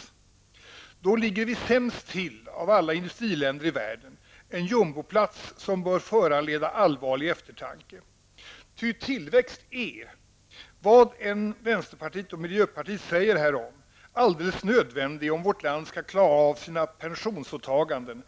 Vi kommer då att ligga sämst till av alla industriländer i världen, en jumboplats som bör föranleda allvarlig eftertanke. Ty tillväxt är -- vad än vänsterpartiet och miljöpartiet säger härom -- alldeles nödvändig om vårt land skall klara av sina pensionsåtaganden,